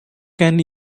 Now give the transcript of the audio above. can